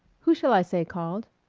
who shall i say called?